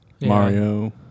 Mario